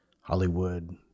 Hollywood